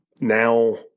now